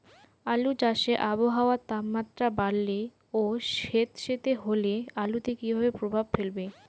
আলু চাষে আবহাওয়ার তাপমাত্রা বাড়লে ও সেতসেতে হলে আলুতে কী প্রভাব ফেলবে?